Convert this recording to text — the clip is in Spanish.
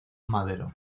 madero